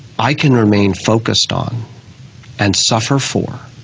i can remain focused on and suffer for